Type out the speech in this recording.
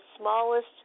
smallest